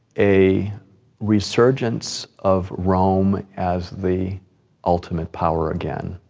a resurgence of rome as the ultimate power again.